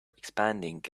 expanding